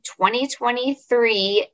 2023